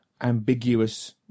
ambiguous